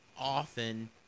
often